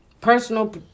personal